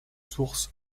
sources